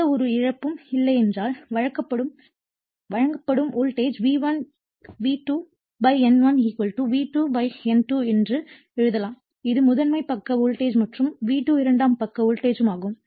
எந்தவொரு இழப்பும் இல்லை என்றால் வழங்கப்படும் voltage V1 V1 N1 V2 N2 என்று எழுதலாம் இது முதன்மை பக்க வோல்டேஜ் மற்றும் V2 இரண்டாம் பக்க வோல்டேஜ்மாகும்